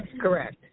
Correct